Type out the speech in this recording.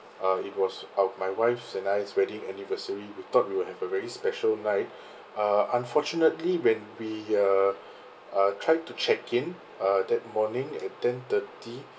uh it was uh my wife's and I wedding anniversary we thought we would have a very special night uh unfortunately when we uh uh try to check in uh that morning at ten thirty